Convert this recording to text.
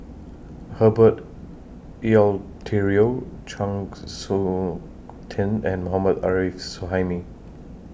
Herbert Eleuterio Chng Seok Tin and Mohammad Arif Suhaimi